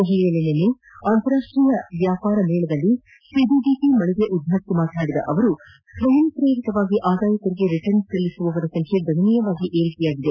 ದೆಹಲಿಯಲ್ಲಿ ನಿನ್ನೆ ಅಂತಾರಾಷ್ಷೀಯ ವ್ಯಾಪಾರ ಮೇಳದಲ್ಲಿ ಒಬಿಡಿಟ ಮಳಿಗೆ ಉದ್ಘಾಟಿಸಿ ಮಾತನಾಡಿದ ಅವರು ಸ್ವಯಂ ಶ್ರೇರಿತವಾಗಿ ಅದಾಯ ತೆರಿಗೆ ರಿಟರ್ನ್ಸ್ ಸಲ್ಲಿಸುವವರ ಸಂಖ್ಯೆ ಗಣನೀಯವಾಗಿ ಏರಿಕೆಯಾಗಿದೆ